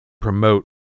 promote